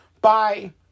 Bye